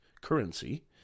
currency